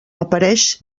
apareix